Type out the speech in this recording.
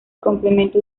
complemento